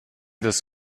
des